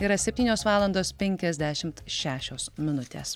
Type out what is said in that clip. yra septynios valandos penkiasdešimt šešios minutės